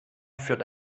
führt